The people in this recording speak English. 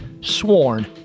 sworn